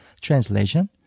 translation